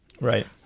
Right